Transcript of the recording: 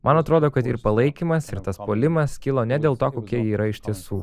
man atrodo kad ir palaikymas ir tas puolimas kilo ne dėl to kokia ji yra iš tiesų